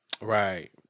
Right